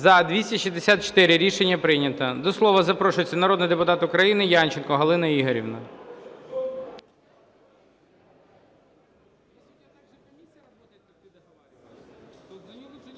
За-264 Рішення прийнято. До слова запрошується народний депутат України Янченко Галина Ігорівна.